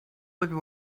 would